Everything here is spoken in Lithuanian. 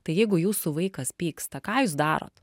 tai jeigu jūsų vaikas pyksta ką jūs darot